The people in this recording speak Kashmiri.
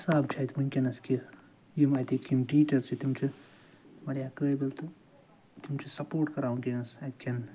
حساب چھُ اَتہِ وٕنۍکٮ۪نَس کہِ یِم اَتِکۍ یِم ٹیٖچر چھِ تِم چھِ واریاہ قٲبل تہٕ تِم چھِ سپورٹ کران وٕنۍکٮ۪نَس اَتہِ کٮ۪ن